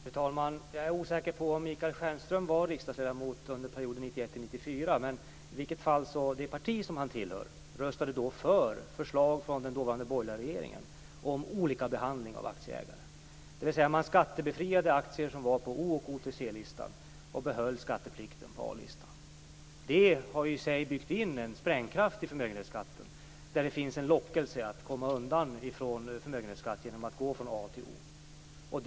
Fru talman! Jag är osäker på om Michael Stjernström var riksdagsledamot under perioden 1991-94, men det parti han tillhör röstade då för förslag från den dåvarande borgerliga regeringen om olika behandling av aktieägare. Man skattebefriade aktier på A-listan. Det har ju i sig byggt in en sprängkraft i förmögenhetsskatten. Det finns en lockelse att komma undan förmögenhetsskatt genom att gå från A-listan till O-listan.